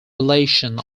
relation